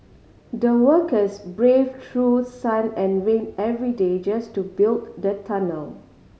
the workers brave through sun and rain every day just to build the tunnel